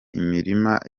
imirima